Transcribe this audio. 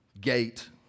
gate